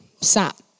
sat